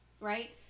Right